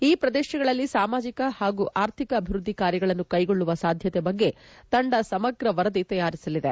ಈ ಪದೇಶಗಳಲ್ಲಿ ಸಾಮಾಜಿಕ ಹಾಗೂ ಅರ್ಥಿಕ ಅಭಿವೃದ್ದಿ ಕಾರ್ಬಗಳನ್ನು ಕೈಗೊಳ್ಳುವ ಸಾಧ್ವತೆ ಬಗ್ಗೆ ತಂಡ ಸಮಗ್ರ ವರದಿ ತಯಾರಿಸಲಿದೆ